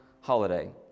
holiday